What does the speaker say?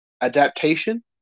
adaptation